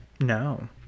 No